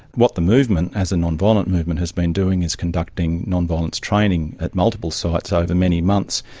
what the movement as a nonviolent movement has been doing is conducting nonviolence training at multiple sites over many months,